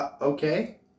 Okay